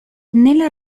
nel